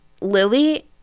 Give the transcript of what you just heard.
lily